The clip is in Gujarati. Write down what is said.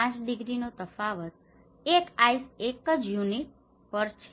5 ડિગ્રી નો તફાવત એક આઈસ એજ યુનિટ પર છે